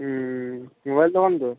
mobile দোকান তো